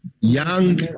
young